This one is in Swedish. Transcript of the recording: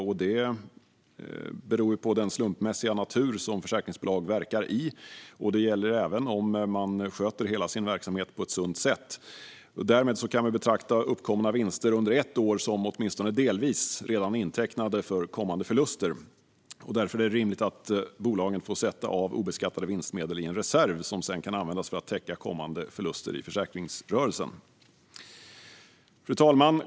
Det beror på den slumpmässiga miljö som försäkringsbolag verkar i, och det gäller även om man sköter hela sin verksamhet på ett sunt sätt. Därmed kan man betrakta uppkomna vinster under ett år som åtminstone delvis redan intecknade för kommande förluster. Därför är det rimligt att bolaget får sätta av obeskattade vinstmedel i en reserv som kan användas för att täcka kommande förluster i försäkringsrörelsen. Fru talman!